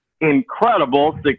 incredible